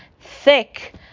thick